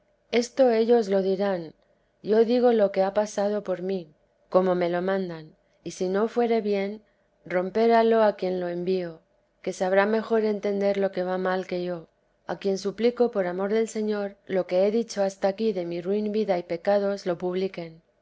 esto ellos lo dirán yo digo lo que ha pasado por mí como me lo mandan y si no fuere bien romperálo a quien lo envío que sabrá mejor entender lo que va mal que yo a quien suplico por amor del señor lo que he dicho hasta aquí de mi ruin vida y pecados lo publiquen